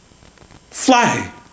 fly